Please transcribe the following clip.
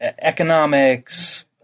economics